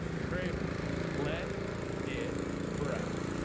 kramer let it ride.